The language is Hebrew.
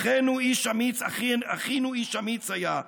// אחינו איש אמיץ היה,